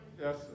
Yes